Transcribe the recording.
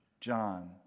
John